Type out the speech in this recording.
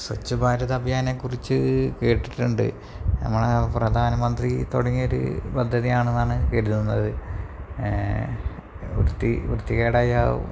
സ്വച്ഛ് ഭാരത് അഭിയാനെക്കുറിച്ച് കേട്ടിട്ടുണ്ട് നമ്മളെ പ്രധാനമന്ത്രി തുടങ്ങിയൊരു പദ്ധതിയാണെന്നാണ് കേട്ടിരുന്നത് വൃത്തികേടായ